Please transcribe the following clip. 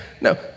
No